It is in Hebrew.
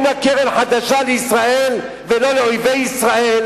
לה קרן חדשה לישראל ולא לאויבי ישראל,